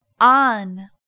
on